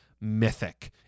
mythic